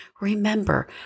remember